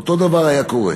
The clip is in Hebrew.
אותו דבר היה קורה.